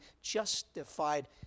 justified